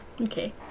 Okay